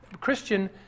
Christian